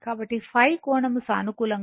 కాబట్టి ϕ కోణం సానుకూలంగా ఉండాలి